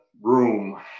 room